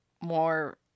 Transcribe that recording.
more